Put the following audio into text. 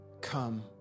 Come